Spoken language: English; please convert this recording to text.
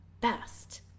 best